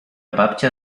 babcia